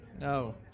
No